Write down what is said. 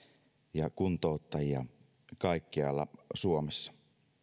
ja kuntouttajia kaikkialla suomessa